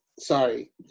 Sorry